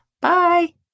Bye